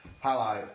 hello